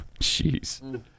Jeez